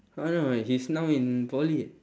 oh no he's now in poly